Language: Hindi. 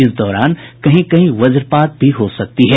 इस दौरान कहीं कहीं वजपात भी हो सकती है